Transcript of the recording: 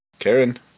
Karen